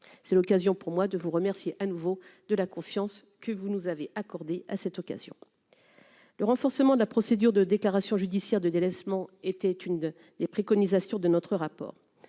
c'est l'occasion pour moi de vous remercier à nouveau de la confiance que vous nous avez accordés à cette occasion, le renforcement de la procédure de déclaration judiciaire de délaissement était une de des préconisations de notre rapport,